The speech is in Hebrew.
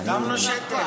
עוד לא מאוחר.